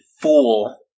fool